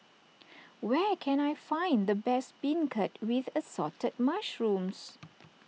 where can I find the best Beancurd with Assorted Mushrooms